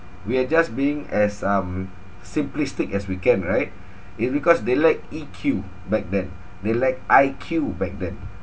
we are just being as um simplistic as we can right is because they lacked E_Q back then they lacked I_Q back then